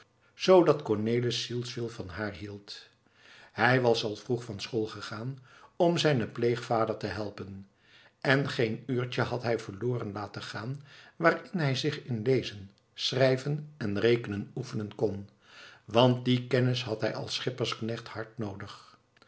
zoodat cornelis zielsveel van haar hield hij was al vroeg van school gegaan om zijnen pleegvader te helpen en geen uurtje had hij verloren laten gaan waarin hij zich in lezen schrijven en rekenen oefenen kon want die kennis had hij als schippersknecht hard noodig